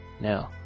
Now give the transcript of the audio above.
No